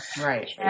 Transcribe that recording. Right